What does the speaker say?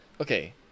Okay